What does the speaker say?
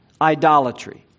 idolatry